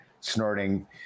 snorting